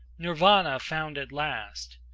nirvana found at last!